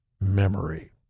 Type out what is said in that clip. memory